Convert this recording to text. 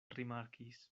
rimarkis